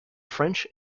french